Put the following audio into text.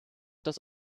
das